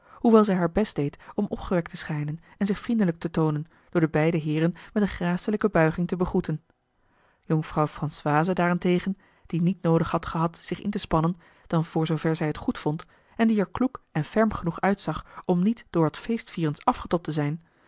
hoewel zij haar best deed om opgewekt te schijnen en zich vriendelijk te toonen door de beide heeren met eene gracelijke buiging te begroeten jonkvrouw françoise daarentegen die niet noodig had gehad zich in te spannen dan voor zoover zij het goed vond en die er kloek en ferm genoeg uitzag om niet door wat feestvierens afgetobd te zijn